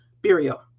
Burial